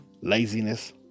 laziness